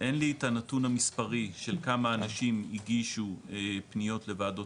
אין לי את הנתון המספרי של כמה אנשים הגישו פניות לוועדות